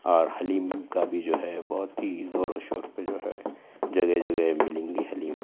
اور حلیم کا بھی جو ہے بہت ہی زور و شور پہ جو ہے جگہ جگہ ملیں گی حلیم